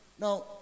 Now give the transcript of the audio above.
Now